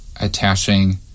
attaching